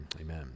Amen